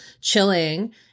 chilling